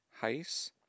Heiss